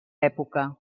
època